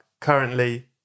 currently